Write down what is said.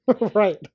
Right